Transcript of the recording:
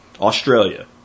Australia